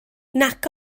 nac